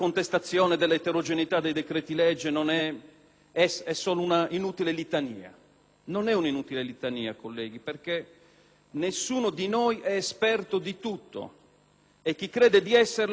solo un'inutile litania. Non lo è, colleghi, perché nessuno di noi è esperto di tutto, e chi crede di esserlo non è in realtà esperto di nulla e risulta pericoloso per questo Paese.